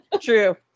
True